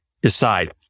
Decide